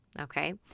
okay